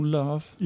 Love